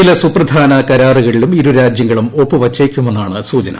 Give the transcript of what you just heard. ചില സുപ്രധാന കാരാറുകളിലും ഇരുരാജ്യങ്ങളും ഒപ്പുവയ്ച്ചേക്കുമെ ന്നാണ് സൂചന